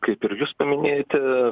kaip ir jūs paminėjote